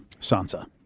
Sansa